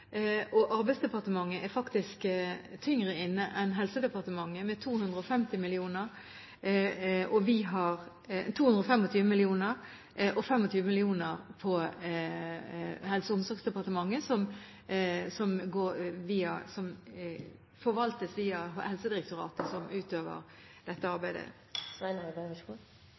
og Arbeidsdepartementet er faktisk tyngre inne enn Helsedepartementet, med 225 mill. kr Helse- og omsorgsdepartementet har 25 mill. kr, som forvaltes via Helsedirektoratet, som utøver dette arbeidet.